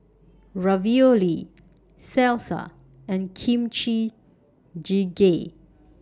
Ravioli Salsa and Kimchi Jjigae